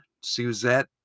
Suzette